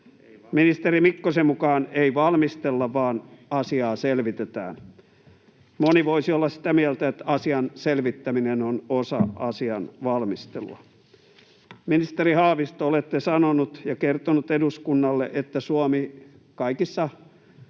Ministeri Mikkosen mukaan ei valmistella, vaan asiaa selvitetään. Moni voisi olla sitä mieltä, että asian selvittäminen on osa asian valmistelua. Ministeri Haavisto, olette sanonut ja kertonut eduskunnalle, että Suomi kaikessa